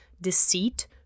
deceit